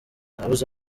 nabuze